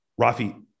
Rafi